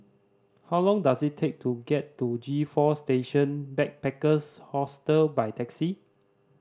how long does it take to get to G Four Station Backpackers Hostel by taxi